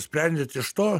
sprendžiant iš to